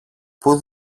που